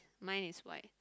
mine is white